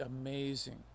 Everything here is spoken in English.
amazing